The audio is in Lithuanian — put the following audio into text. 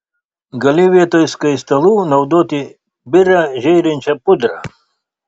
gali vietoj skaistalų naudoti birią žėrinčią pudrą